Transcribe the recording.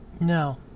no